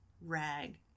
rag